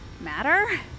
matter